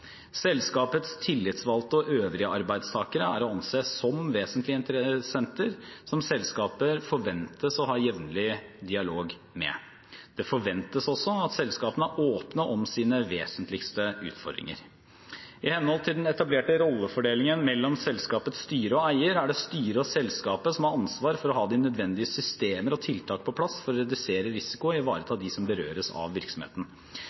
Selskapets tillitsvalgte og øvrige arbeidstakere er å anse som vesentlige interessenter som selskaper forventes å ha jevnlig dialog med. Det forventes også at selskapene er åpne om sine vesentligste utfordringer. I henhold til den etablerte rollefordelingen mellom selskapets styre og eier, er det styret og selskapet som har ansvar for å ha de nødvendige systemer og tiltak på plass for å redusere risiko og ivareta dem som berøres av virksomheten.